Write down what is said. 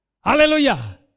Hallelujah